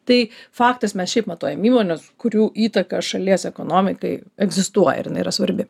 tai faktas mes šiaip matuojam įmones kurių įtaka šalies ekonomikai egzistuoja ir jinai yra svarbi